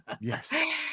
Yes